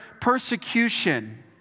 persecution